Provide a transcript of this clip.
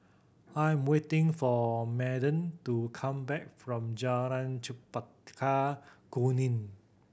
I'm waiting for Madden to come back from Jalan Chempaka Kuning